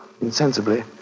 insensibly